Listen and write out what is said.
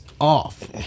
off